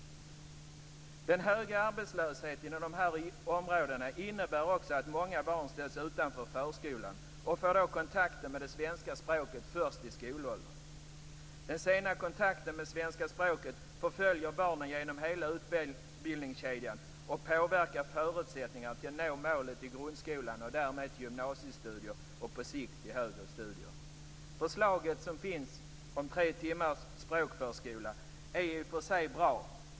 Den höga arbetslösheten i de här områdena innebär också att många barn ställs utanför förskolan, och får kontakten med det svenska språket först i skolåldern. Den sena kontakten med svenska språket förföljer barnen genom hela utbildningskedjan, och påverkar förutsättningarna att nå målet i grundskolan och gymnasiet och därmed på sikt vidare studier. Förslaget som finns om tre timmars språkförskola är i och för sig bra.